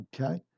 okay